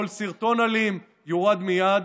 כל סרטון אלים יורד מייד.